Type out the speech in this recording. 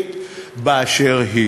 הישראלית באשר היא.